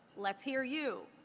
let's hear you.